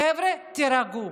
חבר'ה, תירגעו.